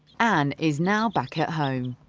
anne is now back at home.